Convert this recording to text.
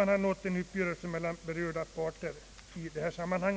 anstå till dess en uppgörelse nåtts med berörda parter i detta sammanhang.